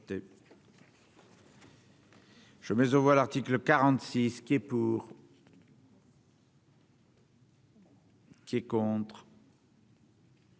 Je mise aux voix, l'article 49 qui est pour. Qui est contre,